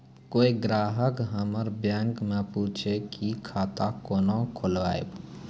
कोय ग्राहक हमर बैक मैं पुछे की खाता कोना खोलायब?